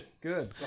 Good